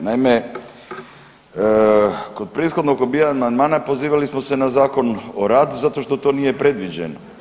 Ovaj, naime kod prethodnog … [[Govornik se ne razumije]] amandmana pozivali smo se na Zakon o radu zato što to nije predviđeno.